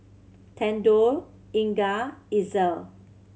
Thedore Inga Itzel